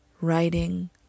writing